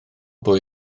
bwy